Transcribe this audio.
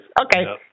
Okay